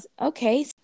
Okay